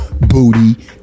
booty